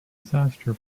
disaster